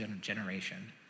generation